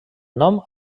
nom